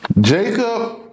Jacob